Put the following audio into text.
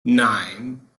nine